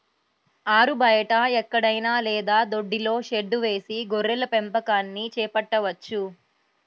ఆరుబయట ఎక్కడైనా లేదా దొడ్డిలో షెడ్డు వేసి గొర్రెల పెంపకాన్ని చేపట్టవచ్చు